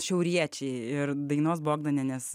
šiauriečiai ir dainos bogdanienės